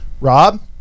Rob